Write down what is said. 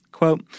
Quote